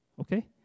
Okay